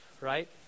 right